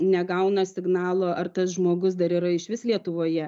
negauna signalo ar tas žmogus dar yra išvis lietuvoje